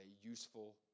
useful